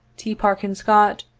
t, parkin scott,